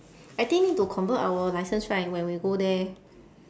I think need to convert our licence right when we go there